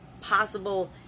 possible